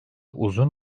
uzun